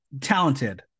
Talented